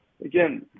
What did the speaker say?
Again